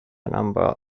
number